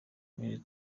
iri